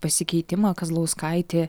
pasikeitimą kazlauskaitė